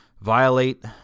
violate